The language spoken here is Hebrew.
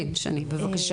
כן, בבקשה.